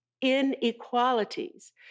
inequalities